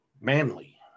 manly